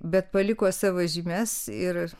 bet paliko savo žymes ir